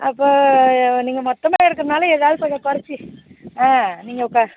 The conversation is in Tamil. அப்போ நீங்கள் மொத்தமாக எடுக்கறதுனால எதாவது கொஞ்சம் கொறைச்சி நீங்கள்